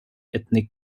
ethnic